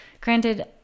granted